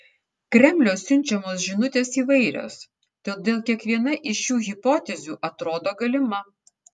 kremliaus siunčiamos žinutės įvairios todėl kiekviena iš šių hipotezių atrodo galima